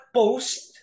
post